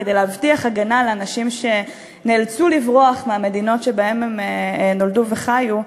כדי להבטיח הגנה על אנשים שנאלצו לברוח מהמדינות שבהן נולדו וחיו,